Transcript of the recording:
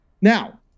Now